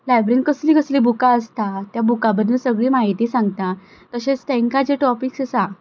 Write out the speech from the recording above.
लायब्रीन कसली कसली बुकां आसता त्या बुकां बद्दल सगली माहिती सांगता तशेंच तेंकां जे टॉपिक्स आसा